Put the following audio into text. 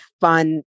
fun